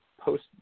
post